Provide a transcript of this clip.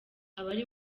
abari